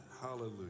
Hallelujah